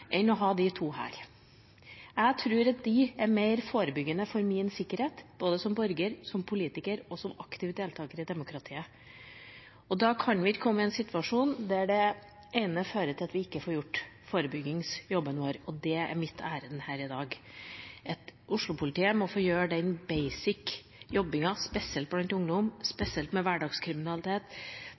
enn å ha de to her. Jeg tror at det er mer forebyggende for min sikkerhet, både som borger, som politiker og som aktiv deltaker i demokratiet. Vi kan ikke komme i en situasjon der det ene fører til at vi ikke får gjort forebyggingsjobben vår. Mitt ærend her i dag er at Oslo-politiet må få gjøre denne «basic» jobbinga, spesielt blant ungdom, spesielt med hverdagskriminalitet,